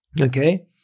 Okay